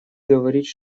говорить